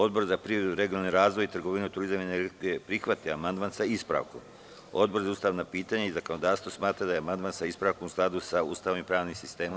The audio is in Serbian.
Odbor za privredu, regionalni razvoj, trgovinu, turizam i energetiku je prihvatio amandman sa ispravkom, a Odbor za ustavna pitanja i zakonodavstvo smatra da je amandman sa ispravkom u skladu sa Ustavom i pravnim sistemom.